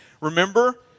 Remember